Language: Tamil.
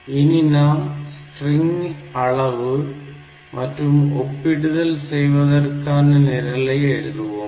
இனி நாம் ஸ்ட்ரிங் அளவு மற்றும் ஒப்பிடுதல் செய்வதற்கான நிரலை எழுதுவோம்